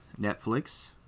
Netflix